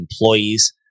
employees